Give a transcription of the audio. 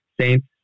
Saints